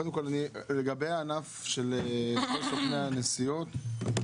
לגבי הענף של סוכני הנסיעות,